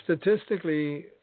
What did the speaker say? statistically